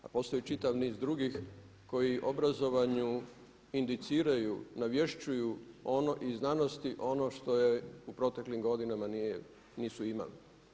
Pa postoji čitav niz drugih koji obrazovanju indiciraju, navješćuju iz znanosti ono što je u proteklim godinama nisu imali.